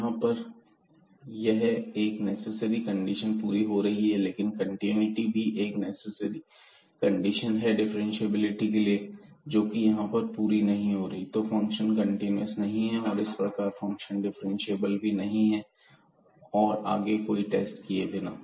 यहां पर एक नेसेसरी कंडीशन पूरी हो रही है लेकिन कंटीन्यूटी भी एक नेसेसरी कंडीशन है डिफ्रेंशिएबिलिटी के लिए जो कि यहां पूरी नहीं हो रही है तो फंक्शन कंटीन्यूअस नहीं है और इस प्रकार फंक्शन डिफरेंशिएबल भी नहीं है आगे कोई और टेस्ट किए बिना